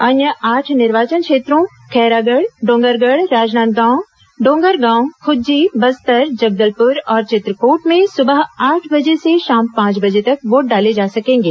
अन्य आठ निर्वोचन क्षेत्रों खैरागढ़ डोंगरगढ़ राजनांदगांव डोगरगांव खुज्जी बस्तर जगदलपुर और चित्रकोट में सुबह आठ बजे से शाम पांच बजे तक वोट डाले जा सकेंगे